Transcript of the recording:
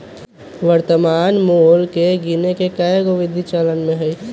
वर्तमान मोल के गीने के कएगो विधि चलन में हइ